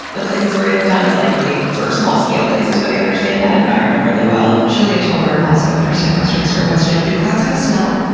the places where it is done is like really sort of small scale places where they understand that environment really well. julia tolbert, also first-time question asker, wants to know do clouds have a smell?